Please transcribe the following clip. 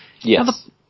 Yes